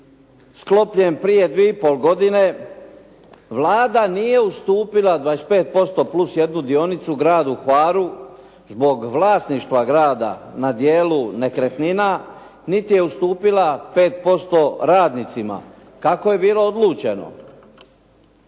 sklopljen prije dvije i pol godine. Vlada nije ustupila 25% plus jednu dionicu gradu Hvaru zbog vlasništva grada na dijelu nekretnina niti je ustupila 5% radnicima kako je bilo odlučeno.